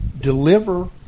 deliver